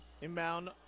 Inbound